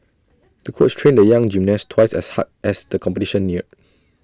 the coach trained the young gymnast twice as hard as the competition neared